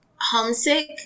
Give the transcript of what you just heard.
homesick